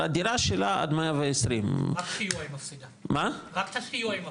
הדירה שלה עד 120. רק את הסיוע היא מפסידה.